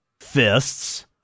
fists